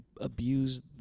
abuse